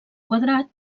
quadrat